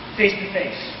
face-to-face